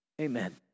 Amen